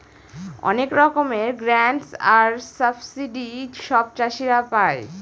অনেক রকমের গ্রান্টস আর সাবসিডি সব চাষীরা পাই